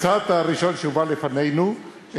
הצעד הראשון שהובא בפנינו,